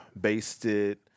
basted